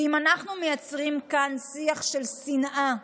ואם אנחנו מייצרים כאן שיח של שנאה,